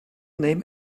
name